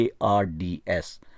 ARDS